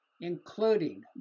Including